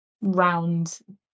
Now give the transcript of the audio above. round